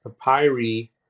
papyri